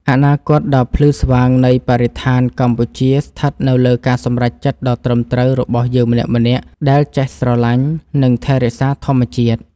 អនាគតដ៏ភ្លឺស្វាងនៃបរិស្ថានកម្ពុជាស្ថិតនៅលើការសម្រេចចិត្តដ៏ត្រឹមត្រូវរបស់យើងម្នាក់ៗដែលចេះស្រឡាញ់ និង ថែរក្សាធម្មជាតិ។